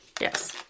Yes